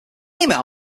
email